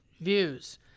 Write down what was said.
views